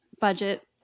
budget